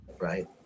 right